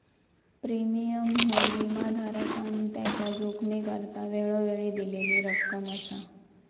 premium ह्यो विमाधारकान त्याच्या जोखमीकरता वेळोवेळी दिलेली रक्कम असा